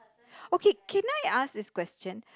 okay can I ask this question